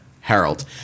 Harold